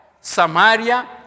Samaria